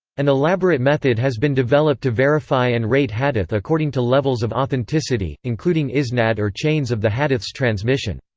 an elaborate method has been developed to verify and rate hadith according to levels of authenticity, including isnad or chains of the hadith's transmission.